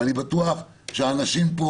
ואני בטוח שאנשים פה